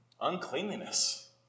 Uncleanliness